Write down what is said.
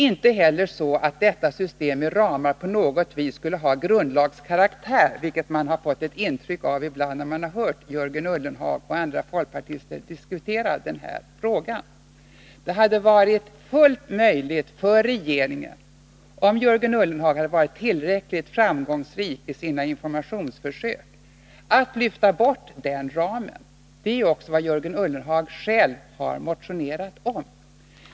Ramsystemet har inte heller på något sätt grundlagskaraktär, vilket man har fått ett intryck av ibland när man hört Jörgen Ullenhag och andra folkpartister diskutera den här frågan. Om Jörgen Ullenhag hade varit tillräckligt framgångsrik i sina informationsförsök, hade det varit fullt möjligt för regeringen att lyfta bort den ramen. Det är också vad Jörgen Ullenhag själv har motionerat om.